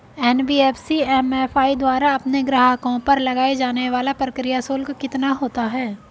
NBFC MFI द्वारा अपने ग्राहकों पर लगाए जाने वाला प्रक्रिया शुल्क कितना होता है?